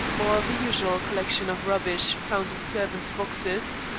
or the usual collection of rubbish found in servants' boxes.